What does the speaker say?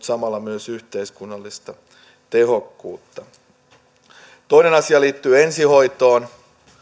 samalla myös yhteiskunnallista tehokkuutta toinen asia liittyy ensihoitoon